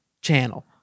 channel